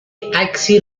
عکسی